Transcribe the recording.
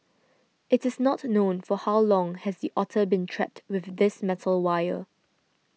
it is not known for how long has the otter been trapped with this metal wire